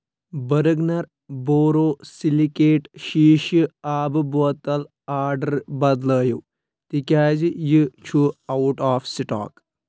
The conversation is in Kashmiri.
بٔرٕگنر بوروسِلِکیٹ شیٖشہٕ آبہٕ بوتل آرڈر بدلٲیِو تِکیٛازِ یہِ چھُ اوٹ آف سٹاک